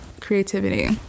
creativity